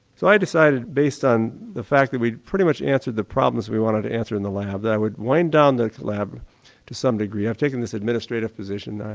so i decided, based on the fact that we'd pretty much answered the problems we wanted to answer in the lab, that i would wind down the lab to some degree. i've taken this administrative position.